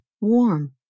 warm